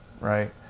right